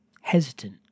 hesitant